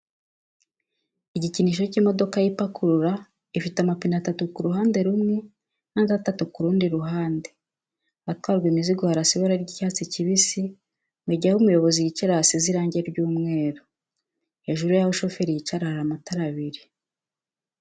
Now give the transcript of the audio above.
Igikinisho cy'imodoka yipakururura, ifite amapine atatu ku ruhande rumwe n'andi atatu ku rundi ruhande. Ahatwarwa imizigo harasa ibara ry'icyatsi kibisi mu gihe aho umuyobozi yicara hasize irange ry'umweru. Hejuru y'aho shoferi yicara hari amatara abiri.